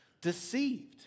deceived